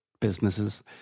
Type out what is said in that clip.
businesses